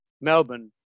Melbourne